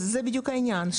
אז זה בדיוק העניין.